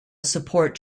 support